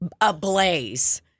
ablaze